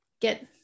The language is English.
get